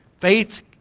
Faith